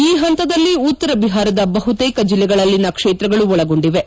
ಈ ಪಂತದಲ್ಲಿ ಉತ್ತರ ಬಹಾರದ ಬಹುತೇಕ ಜಿಲ್ಲೆಗಳಲ್ಲಿನ ಕ್ಷೇತ್ರಗಳು ಒಳಗೊಂಡಿವೆ